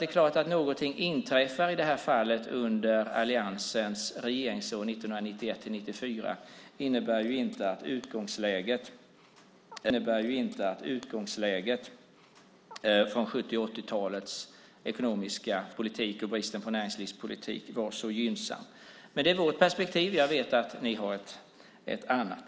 Det är klart att om någonting inträffade i det här fallet under alliansens regeringsår 1991-1994 innebär inte det att utgångsläget från 70 och 80-talens ekonomiska politik och brist på näringslivspolitik var så gynnsam. Men detta är vårt perspektiv; jag vet att ni har ett annat.